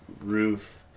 roof